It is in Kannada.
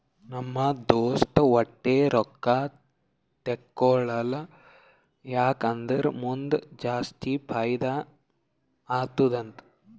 ನಮ್ ದೋಸ್ತ ವಟ್ಟೆ ರೊಕ್ಕಾ ತೇಕೊಳಲ್ಲ ಯಾಕ್ ಅಂದುರ್ ಮುಂದ್ ಜಾಸ್ತಿ ಫೈದಾ ಆತ್ತುದ ಅಂತಾನ್